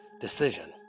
Decision